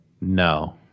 No